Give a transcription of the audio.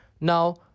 Now